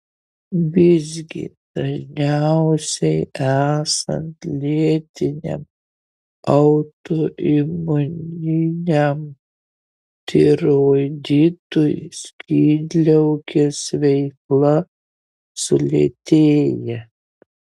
visgi dažniausiai esant lėtiniam autoimuniniam tiroiditui skydliaukės veikla sulėtėja